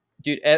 dude